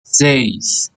seis